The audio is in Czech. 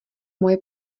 moje